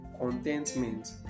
contentment